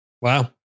Wow